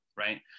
Right